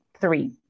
three